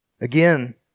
Again